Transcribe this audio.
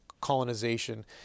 colonization